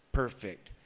perfect